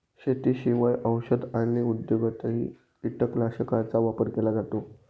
शेतीशिवाय औषध आणि उद्योगातही कीटकनाशकांचा वापर केला जातो